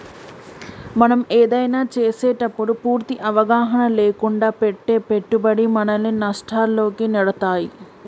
మనం ఏదైనా చేసేటప్పుడు పూర్తి అవగాహన లేకుండా పెట్టే పెట్టుబడి మనల్ని నష్టాల్లోకి నెడతాయి